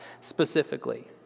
specifically